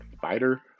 Fighter